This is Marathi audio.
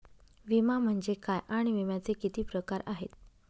विमा म्हणजे काय आणि विम्याचे किती प्रकार आहेत?